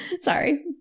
sorry